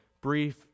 brief